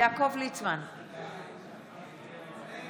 אם בשנה הקרובה נצליח לעשות איזשהו תהליך אמיתי,